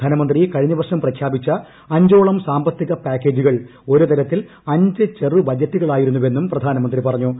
ധനമന്ത്രി കഴിഞ്ഞ വർഷം പ്രഖ്യാപിച്ച അഞ്ചോളം സാമ്പത്തിക പാക്കേജുകൾ ഒരുതരത്തിൽ അഞ്ച് ചെറുബജറ്റുകളായിരുന്നുവെന്നും പ്രധാനമന്ത്രി പറഞ്ഞു